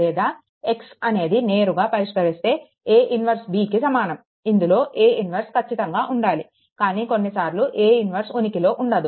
లేదా X అనేది నేరుగా పరిష్కరిస్తే A ఇన్వర్స్ B కి సమానం ఇందులో A ఇన్వర్స్ కచ్చితంగా ఉండాలి కానీ కొన్ని సార్లు A ఇన్వర్స్ ఉనికిలో ఉండదు